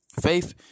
faith